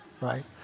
right